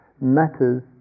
matters